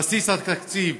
בסיס התקציב